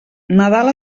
nadal